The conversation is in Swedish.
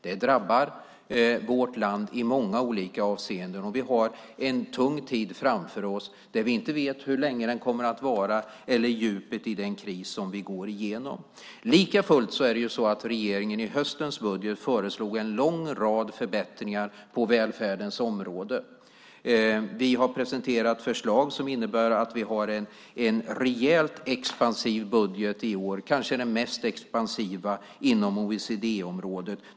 Det drabbar vårt land i många olika avseenden, och vi har en tung tid framför oss. Vi vet inte hur länge den kommer att vara eller hur djup den blir. Likafullt är det så att regeringen i höstens budget föreslog en lång rad förbättringar på välfärdens område. Vi har presenterat förslag som innebär att vi har en rejält expansiv budget i år, kanske den mest expansiva inom OECD-området.